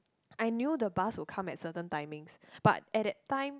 I knew the bus will come at certain timings but at that time